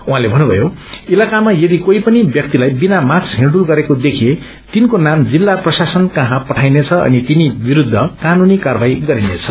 उहाँले भन्नुमयो कि इलाकामा यदि काही पनि व्यक्तिलाई बिना मास्क हिँड्डुल गरेर्को देखिए तिनको नाम जिल्ला प्रशासन कश्रैं पठाइनेछ अनि तिनी विरूद्ध कानूनी कार्यवाशै गरिनेछ